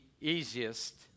easiest